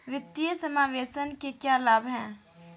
वित्तीय समावेशन के क्या लाभ हैं?